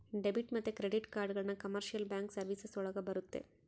debit ಮತ್ತೆ credit ಕಾರ್ಡ್ಗಳನ್ನ commercial bank services ಒಳಗರ ಬರುತ್ತೆ